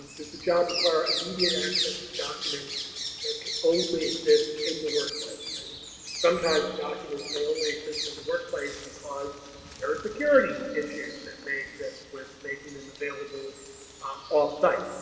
does the job require immediate and access to documents that only exist in the workplace and sometimes the documents only exist in the workplace because there are security issues that may exist with making them available off-site.